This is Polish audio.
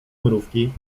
mrówki